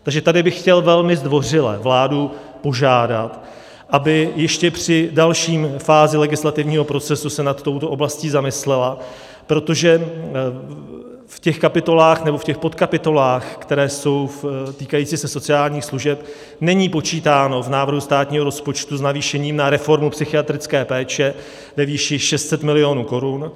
Takže tady bych chtěl velmi zdvořile vládu požádat, aby se ještě při další fázi legislativního procesu nad touto oblastí zamyslela, protože v těch kapitolách, nebo v těch podkapitolách týkajících se sociálních služeb, není počítáno v návrhu státního rozpočtu s navýšením na reformu psychiatrické péče ve výši 600 mil. korun.